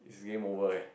game over eh